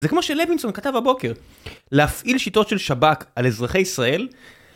זה כמו שלוינסון כתב הבוקר, להפעיל שיטות של שב"כ על אזרחי ישראל.